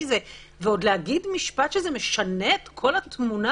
ועוד להגיד משפט שזה משנה את כל התמונה,